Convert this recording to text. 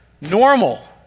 normal